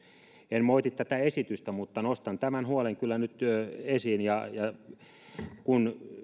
en moiti tätä esitystä mutta nostan tämän huolen kyllä nyt esiin kun